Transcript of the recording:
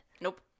nope